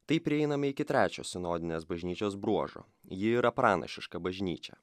taip prieiname iki trečio sinodinės bažnyčios bruožo ji yra pranašiška bažnyčia